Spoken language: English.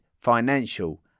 financial